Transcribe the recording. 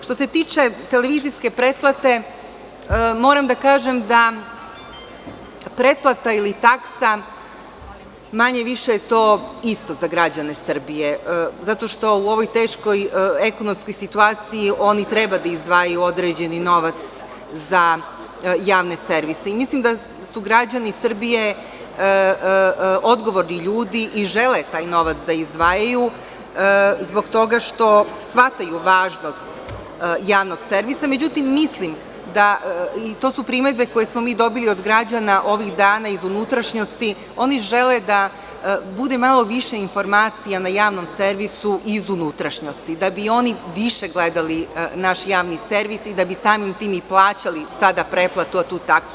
Što se tiče TV pretplate, moram da kažem da pretplata ili taksa, manje-više, to je isto za građane Srbije, zato što u ovoj teškoj ekonomskoj situaciji oni treba da izdvajaju određeni novac za javne servise i mislim da su građani Srbije odgovorni ljudi i žele taj novac da izdvajaju zbog toga što shvataju važnost javnog servisa, međutim mislim i to su primedbe koje smo mi dobili od građana ovih dana iz unutrašnjosti, oni žele da bude malo više informacija na javnom servisu iz unutrašnjosti, da bi oni više gledali naš javni servis i da bi samim tim i plaćali sada pretplatu, a i tu taksu.